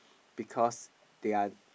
because they are